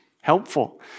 helpful